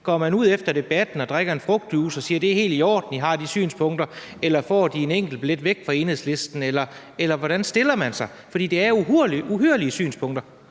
Går man ud efter debatten og drikker en frugtjuice og siger, at det er helt i orden, at de har de synspunkter, eller får de en enkeltbillet væk fra Enhedslisten, eller hvordan stiller man sig? For det er uhyrlige synspunkter.